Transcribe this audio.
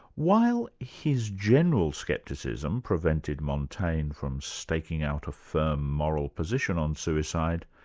while his general scepticism prevented montaigne from staking out a firm moral position on suicide,